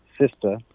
sister